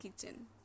kitchen